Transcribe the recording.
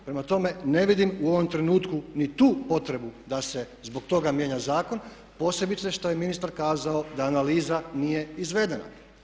Prema tome, ne vidim u ovome trenutku ni tu potrebu da se zbog toga mijenja zakon posebice što je ministar kazao da analiza nije izvedena.